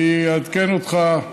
אני אעדכן אותך,